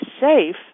safe